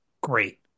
great